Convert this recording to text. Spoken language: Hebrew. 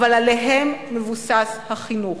אבל עליהם מבוסס החינוך.